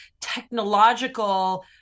technological